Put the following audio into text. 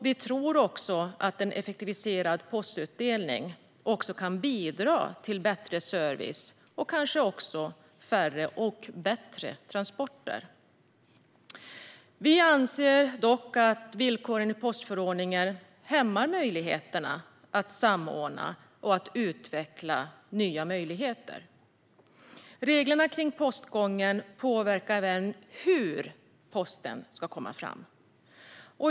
Vi tror också att en effektiviserad postutdelning kan bidra till bättre service och kanske också färre och bättre transporter. Vi anser dock att villkoren i postförordningen hämmar möjligheterna att samordna och utveckla nya möjligheter. Reglerna för postgången påverkar även hur posten ska komma fram.